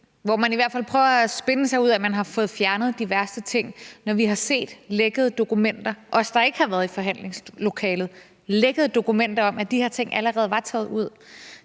hvor man i hvert fald prøver at spinne sig ud af det ved at sige, at man har fået fjernet de værste ting, når vi har set lækkede dokumenter – os, der ikke har været i forhandlingslokalet – om, at de her ting allerede var taget ud.